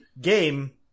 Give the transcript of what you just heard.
Game